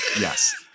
Yes